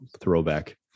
Throwback